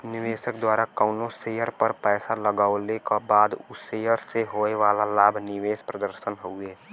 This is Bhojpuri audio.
निवेशक द्वारा कउनो शेयर पर पैसा लगवले क बाद उ शेयर से होये वाला लाभ निवेश प्रदर्शन हउवे